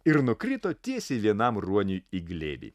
ir nukrito tiesiai vienam ruoniui į glėbį